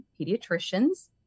pediatricians